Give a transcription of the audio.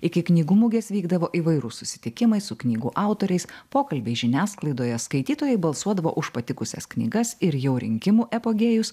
iki knygų mugės vykdavo įvairūs susitikimai su knygų autoriais pokalbiai žiniasklaidoje skaitytojai balsuodavo už patikusias knygas ir jau rinkimų apogėjus